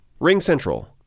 RingCentral